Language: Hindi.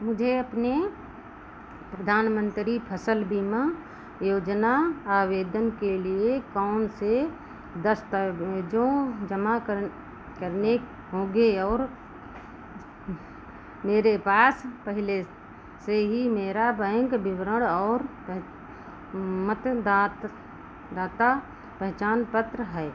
मुझे अपने प्रधानमन्त्री फ़सल बीमा योजना आवेदन के लिए कौन से दस्तावेज़ों जमा करन करने होंगे और मेरे पास पहले से ही मेरा बैंक विवरण और मतदात दाता पहचान पत्र है